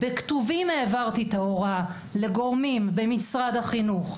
בכתובים העברתי את ההוראה לגורמים במשרד החינוך,